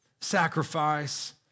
sacrifice